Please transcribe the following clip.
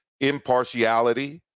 impartiality